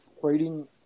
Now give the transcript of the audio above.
trading